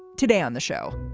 today on the show,